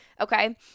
Okay